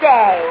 Day